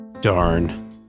darn